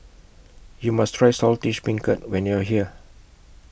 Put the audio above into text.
YOU must Try Saltish Beancurd when you're here